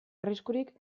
arriskurik